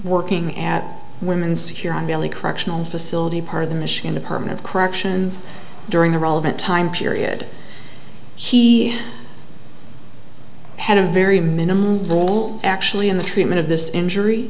working at women's here on bailey correctional facility part of the machine department of corrections during the relevant time period he had a very minimal role actually in the treatment of this injury